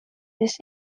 this